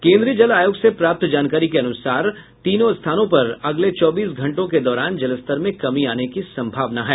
केन्द्रीय जल आयोग से प्राप्त जानकारी के अनुसार तीनों स्थानों पर अगले चौबीस घंटों के दौरान जलस्तर में कमी आने की संभावना है